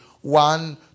One